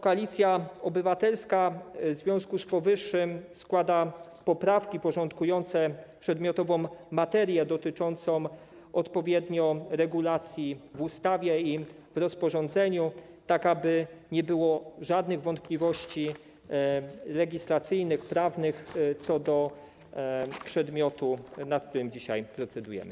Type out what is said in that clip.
Koalicja Obywatelska w związku z powyższym składa poprawki porządkujące przedmiotową materię, dotyczące odpowiednio regulacji w ustawie i w rozporządzeniu, aby nie było żadnych wątpliwości legislacyjnych, prawnych co do przedmiotu, nad którym dzisiaj procedujemy.